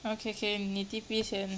okay K 你 T_P 先